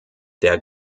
der